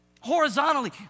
horizontally